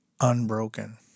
unbroken